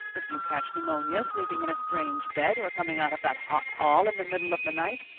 if you catch pneumonia sleeping in a strange bed or coming out of that hot hall in the middle of the night,